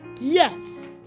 yes